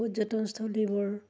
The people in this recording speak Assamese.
পৰ্যটনস্থলীবোৰ